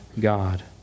God